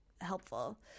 helpful